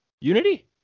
unity